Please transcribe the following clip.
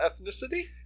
ethnicity